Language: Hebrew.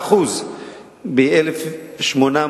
בבקשה.